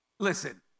Listen